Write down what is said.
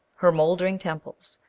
her mouldering temples,